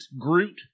Groot